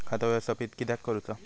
खाता व्यवस्थापित किद्यक करुचा?